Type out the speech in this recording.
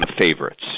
favorites